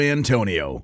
Antonio